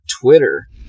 Twitter